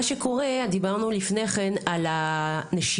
מה שקורה, דיברנו לפני כן על הנשירה.